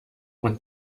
und